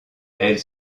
elles